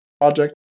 project